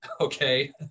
okay